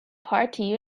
party